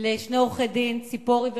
לשני עורכי-דין, ציפורי ורחבי,